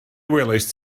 welaist